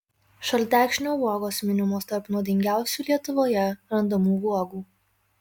šaltekšnio uogos minimos tarp nuodingiausių lietuvoje randamų uogų